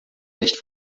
nicht